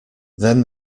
then